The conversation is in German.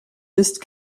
ist